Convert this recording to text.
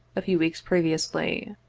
a few weeks previously.